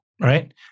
right